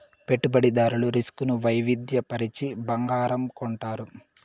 పెట్టుబడిదారులు రిస్క్ ను వైవిధ్య పరచి బంగారం కొంటారు